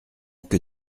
que